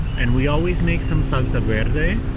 and we always make some salsa verde,